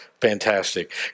Fantastic